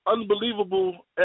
unbelievable